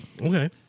okay